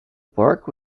bark